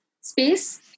space